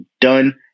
done